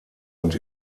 und